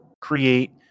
create